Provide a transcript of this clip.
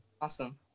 Awesome